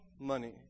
money